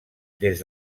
des